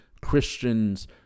Christians